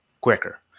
quicker